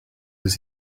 was